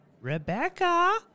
Rebecca